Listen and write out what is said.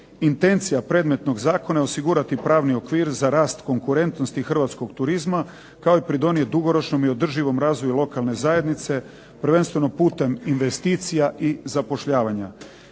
Intencija predmetnog zakona je osigurati pravni okvir za rast konkurentnosti hrvatskog turizma kao i pridonijeti dugoročnome i održivom razvoju lokalne zajednice prvenstveno putem investicija i zapošljavanja.